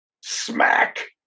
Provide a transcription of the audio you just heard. Smack